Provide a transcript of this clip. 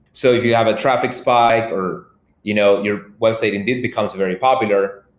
so if you have a traffic spike or you know your website indeed becomes very popular,